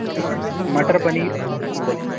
ठीक है मटर पनीर फुल